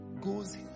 goes